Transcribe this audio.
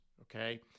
Okay